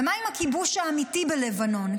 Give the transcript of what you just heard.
ומה עם הכיבוש האמיתי בלבנון,